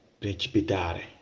precipitare